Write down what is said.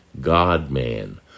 God-man